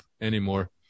anymore